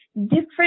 different